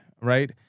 right